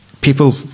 people